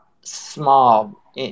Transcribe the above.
small